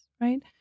Right